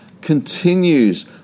continues